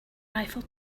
eiffel